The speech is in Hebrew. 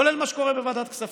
כולל מה שקורה בוועדת הכספים.